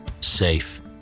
Safe